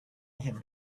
him